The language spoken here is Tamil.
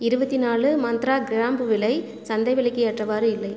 இருபத்தி நாலு மந்த்ரா கிராம்பு விலை சந்தை விலைக்கு ஏற்றவாறு இல்லை